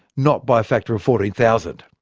not by a factor of fourteen thousand!